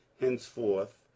henceforth